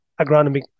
agronomic